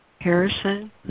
Harrison